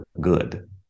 good